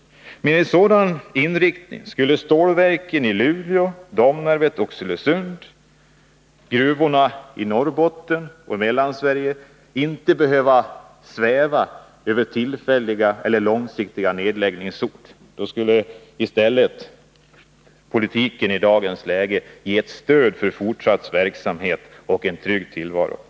Med en sådan inriktning skulle stålverken i Luleå, Domnarvet och Oxelösund och gruvorna i Norrbotten och Mellansverige inte behöva sväva under tillfälliga eller långsiktiga nedläggningshot. Då skulle i stället politiken i dagens läge ge ett stöd för fortsatt verksamhet och en trygg tillvaro.